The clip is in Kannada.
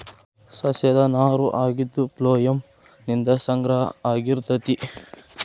ಸಸ್ಯದ ನಾರು ಆಗಿದ್ದು ಪ್ಲೋಯಮ್ ನಿಂದ ಸಂಗ್ರಹ ಆಗಿರತತಿ